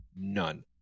None